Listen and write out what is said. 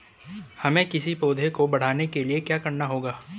हमें किसी पौधे को बढ़ाने के लिये क्या करना होगा?